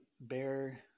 Bear